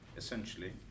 Essentially